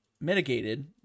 mitigated